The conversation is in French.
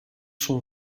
son